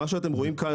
מה שאתם רואים כאן,